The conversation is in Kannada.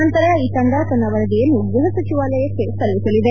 ನಂತರ ಈ ತಂಡ ತನ್ನ ವರದಿಯನ್ನು ಗೃಹ ಸಚಿವಾಲಯಕ್ಕೆ ಸಲ್ಲಿಸಲಿದೆ